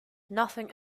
nothing